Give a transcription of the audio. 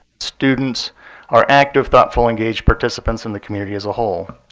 students are active, thoughtful engaged participants in the community as a whole.